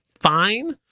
fine